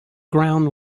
ground